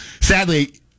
sadly